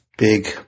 big